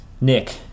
Nick